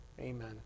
Amen